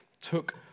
took